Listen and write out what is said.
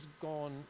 gone